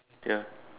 ya